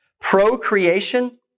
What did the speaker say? procreation